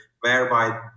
whereby